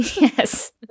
Yes